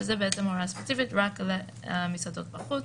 שזה לא כפוף להגבלת התפוסה הרגילה.